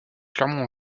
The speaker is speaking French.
clermont